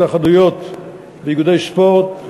התאחדויות ואיגודי ספורט),